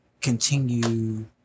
continue